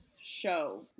show